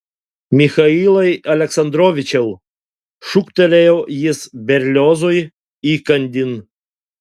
michailai aleksandrovičiau šūktelėjo jis berliozui įkandin